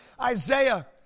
Isaiah